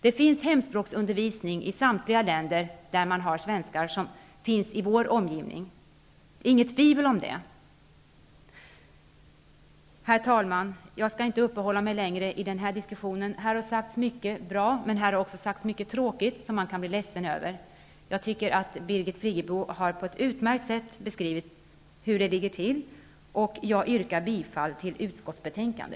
Det finns hemspråksundervisning i samtliga länder i vår omgivning där det finns svenskar. Därom råder det inget tvivel. Herr talman! Jag skall inte uppehålla mig längre vid den här diskussionen. Här har sagts mycket som är bra. Men här har också sagts mycket som är tråkigt och som man kan bli ledsen över. Jag tycker att Birgit Friggebo på ett utmärkt sätt har beskrivit läget. Jag yrkar bifall till hemställan i utskottets betänkande.